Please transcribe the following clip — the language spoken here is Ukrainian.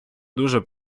дуже